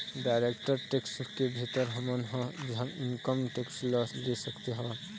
direct tax के भीतर हमन ह इनकम टेक्स ल ले सकत हवँन